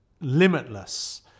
limitless